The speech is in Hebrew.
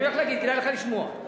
כדאי לך לשמוע.